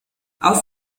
auch